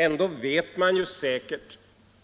Ändå vet man säkert